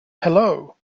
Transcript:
hello